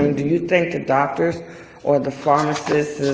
um and do you think the doctors or the pharmacists